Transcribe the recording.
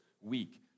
week